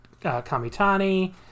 Kamitani